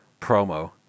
promo